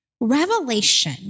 Revelation